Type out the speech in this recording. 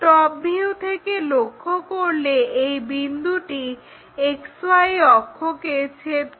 top view থেকে লক্ষ্য করলে এই বিন্দুটি XY অক্ষকে ছেদ করে